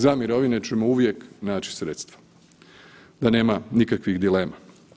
Za mirovine ćemo uvijek naći sredstva da nema nikakvih dilema.